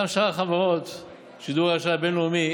גם שאר החברות של דירוג האשראי הבין-לאומי